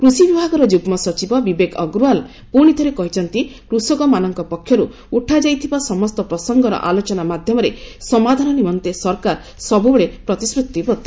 କୃଷି ବିଭାଗର ଯୁଗ୍କ ସଚିବ ବିବେକ ଅଗ୍ରୱାଲ୍ ପୁଣି ଥରେ କହିଛନ୍ତି କୃଷକମାନଙ୍କ ପକ୍ଷରୁ ଉଠାଯାଇଥିବା ସମସ୍ତ ପ୍ରସଙ୍ଗର ଆଲୋଚନା ମାଧ୍ୟମରେ ସମାଧାନ ନିମନ୍ତେ ସରକାର ସବୁବେଳେ ପ୍ରତିଶ୍ରୁତିବଦ୍ଧ